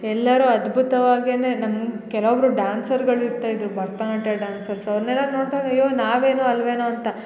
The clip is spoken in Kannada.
ಎಲ್ಲರು ಅದ್ಭುತವಾಗಿ ಅಂದರೆ ನಮ್ಗೆ ಕೆಲೊಬ್ಬರು ಡಾನ್ಸ್ರ್ಗಳು ಇರ್ತಾ ಇದ್ದರು ಭರ್ತನಾಟ್ಯ ಡ್ಯಾನ್ಸರ್ಸು ಅವ್ರ್ನೆಲ್ಲ ನೋಡ್ದಾಗ ಅಯ್ಯೋ ನಾವೇನು ಅಲ್ಲವೇನೋ ಅಂತ